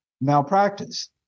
malpractice